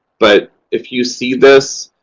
but if you see this,